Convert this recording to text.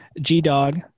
G-Dog